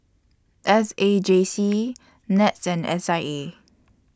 S A J C Nets and S I A